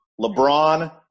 LeBron